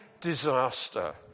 disaster